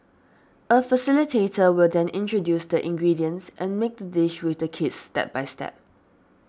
a facilitator will then introduce the ingredients and make the dish with the kids step by step